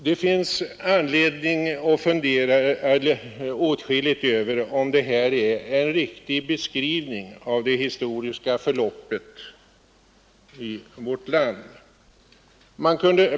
Det finns anledning att fundera åtskilligt över om det här är en riktig beskrivning av det historiska förloppet i vårt land.